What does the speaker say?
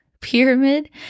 pyramid